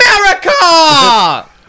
America